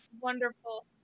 wonderful